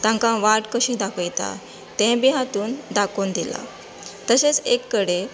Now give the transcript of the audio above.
तांकां वाट कशी दाखयता तेंवूय बी हातूंत दाखोवन दिलां तशेंच एक कडेन